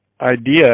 idea